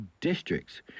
districts